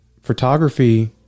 photography